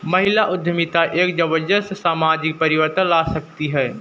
महिला उद्यमिता एक जबरदस्त सामाजिक परिवर्तन ला सकती है